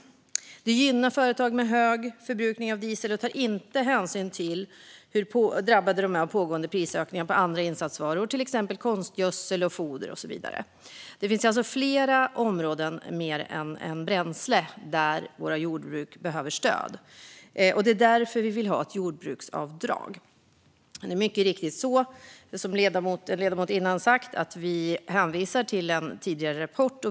Det gynnar företag med hög förbrukning av diesel och tar inte hänsyn till hur drabbade de är av den pågående prisökningen på andra insatsvaror, till exempel konstgödsel och foder. Det finns alltså fler områden utöver bränsle där våra jordbruk behöver stöd. Det är därför vi vill ha ett jordbruksavdrag. Det är mycket riktigt som ledamoten innan mig sagt att vi hänvisar till en tidigare rapport.